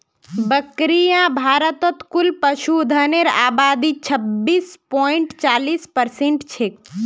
बकरियां भारतत कुल पशुधनेर आबादीत छब्बीस पॉइंट चालीस परसेंट छेक